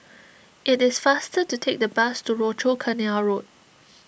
it is faster to take the bus to Rochor Canal Road